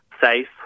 safe